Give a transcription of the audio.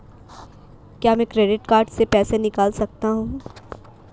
क्या मैं credit card से पैसे निकाल सकता हूँ?